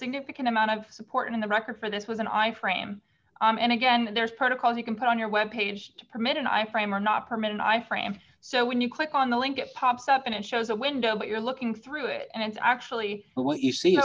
significant amount of support in the record for this was an i frame and again there is protocol you can put on your web page to permit and i frame are not permitted i frame so when you click on the link it pops up and it shows a window but you're looking through it and it's actually what you see